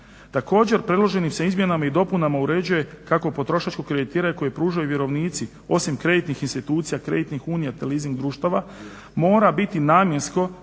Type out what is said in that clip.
Također se predloženim izmjenama i dopunama uređuje kako potrošač koji kreditira koji pružaju vjerovnici osim kreditnih institucija, kreditnih unija te lizing društava, mora biti namjensko